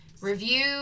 review